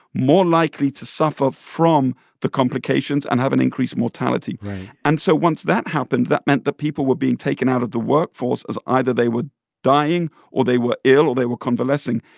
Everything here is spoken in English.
more likely to suffer from the complications and have an increased mortality right and so once that happened, that meant that people were being taken out of the workforce, as either they were dying or they were ill or they were convalescing,